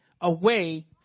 away